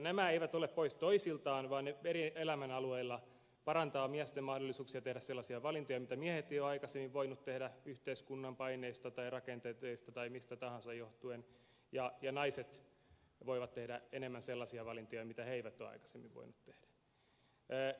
nämä eivät ole pois toisiltaan vaan ne eri elämänalueilla parantavat miesten mahdollisuuksia tehdä sellaisia valintoja mitä miehet eivät ole aikaisemmin voineet tehdä yhteiskunnan paineista tai rakenteista tai mistä tahansa johtuen ja naiset voivat tehdä enemmän sellaisia valintoja mitä he eivät ole aikaisemmin voineet tehdä